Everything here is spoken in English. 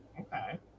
Okay